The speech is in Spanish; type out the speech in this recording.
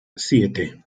siete